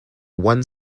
one